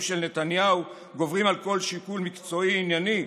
של נתניהו גוברים על כל שיקול מקצועי ענייני,